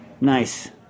Nice